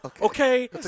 Okay